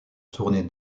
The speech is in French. tournée